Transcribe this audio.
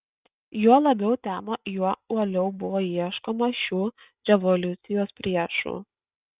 juo labiau temo juo uoliau buvo ieškoma šių revoliucijos priešų